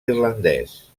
irlandès